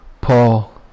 Paul